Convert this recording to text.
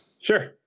Sure